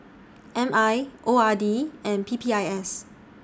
M I O R D and P P I S